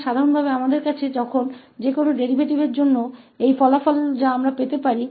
तो सामान्य तौर पर हमारे पास यह परिणाम अब किसी भी डेरीवेटिव के लिए है जो हम प्राप्त कर सकते हैं